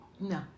No